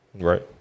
Right